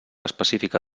específica